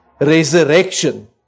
resurrection